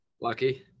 Lucky